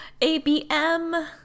abm